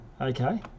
Okay